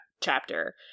chapter